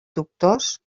doctors